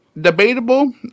debatable